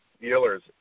dealers